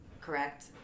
correct